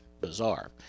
bizarre